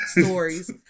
stories